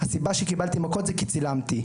הסיבה שקיבלתי מכות זה כי צילמתי.